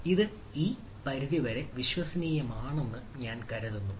ഇത് ഈ പരിധിവരെ വിശ്വസനീയമാണെന്ന് ഞാൻ കരുതുന്നു